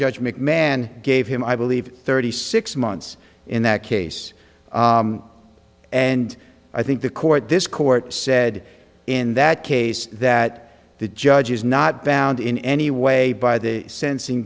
judge mcmahon gave him i believe thirty six months in that case and i think the court this court said in that case that the judge is not bound in any way by the sensing